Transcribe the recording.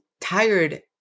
tired